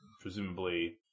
presumably